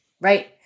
Right